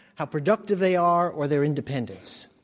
how productive they are, or their independence.